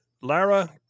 Lara